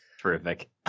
Terrific